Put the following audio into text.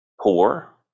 poor